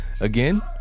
Again